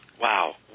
wow